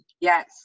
Yes